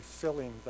filling